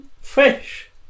fish